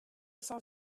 cent